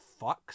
fucks